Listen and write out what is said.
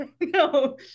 no